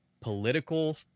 political